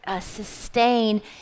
Sustain